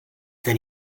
then